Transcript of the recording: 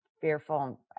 fearful